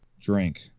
drink